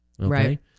Right